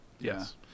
Yes